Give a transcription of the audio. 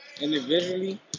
Individually